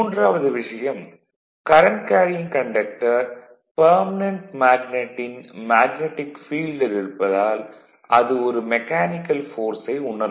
மூன்றாவது விஷயம் current carrying conductor permanent மேக்னடின் மேக்னட்டிக் ஃபீல்டில் இருப்பதால் அது ஒரு மெக்கானிக்கல் ஃபோர்சை உணரும்